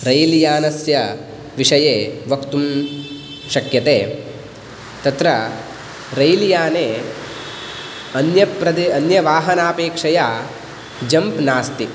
rail यानस्य विषये वक्तुं शक्यते तत्र रैल् याने अन्यप्रद् अन्यवाहनापेक्षया जम्प् नास्ति